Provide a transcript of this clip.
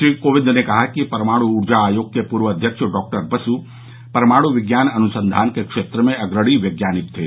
श्री कोविंद ने कहा कि परमाणु ऊर्जा आयोग के पूर्व अध्यक्ष डॉक्टर बसू परमाणु विज्ञान अनुसंधान के क्षेत्र में अग्रणी वैज्ञानिक थे